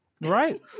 Right